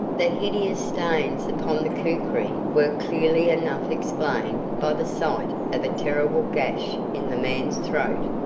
the hideous stains upon the kukri were clearly enough explained by the sight of a terrible gash in the man's throat,